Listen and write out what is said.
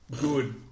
good